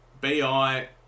BI